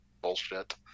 bullshit